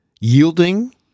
yielding